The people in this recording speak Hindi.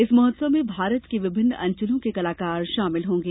इस महोत्सव में भारत के विभिन्न अंचलों के कलाकार शामिल होंगे